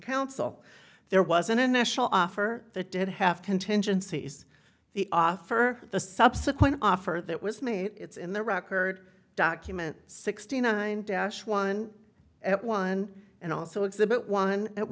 counsel there was an initial offer that did have contingencies the offer the subsequent offer that was made it's in the record document sixty nine dash one at one and also exhibit one at